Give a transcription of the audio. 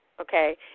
okay